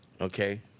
Okay